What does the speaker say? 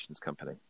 company